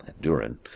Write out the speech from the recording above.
durin